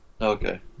Okay